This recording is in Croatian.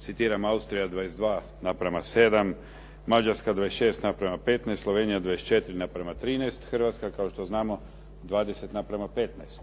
citiram Austrija 22:7, Mađarska 26:15, Slovenija 24:13, Hrvatska kao što znamo 20:15.